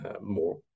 more